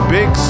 big